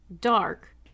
dark